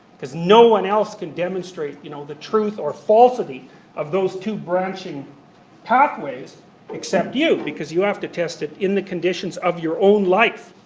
because no one else can demonstrate you know the truth or falsity of those two branching pathways except you, because you have to test it in the conditions of your own life.